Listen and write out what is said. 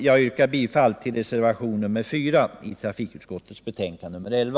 Jag yrkar bifall till reservation nr 4 i trafikutskottets betänkande nr 11.